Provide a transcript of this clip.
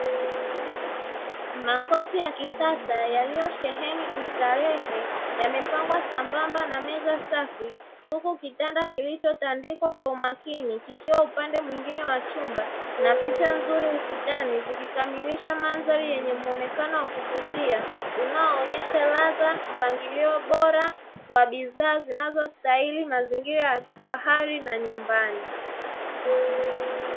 Makoti ya kisasa yaliyosheheni ustarehe yamepangwa sambamba na meza safi, huku kitanda kilicho tandikwa kwa umakini kikiwa upande mwingine wa chumba. Na picha nzuri ukutani zikikamilisha mandhari yenye muonekano wa kuvutia, unaoonyesha ladha, mpangilio, bora wa bidhaa zinazostahili mazingira ya kifahari na nyumbani.